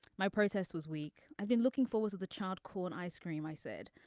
my process was weak. i've been looking forward to the charred corn icecream i said.